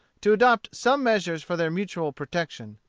to adopt some measures for their mutual protection.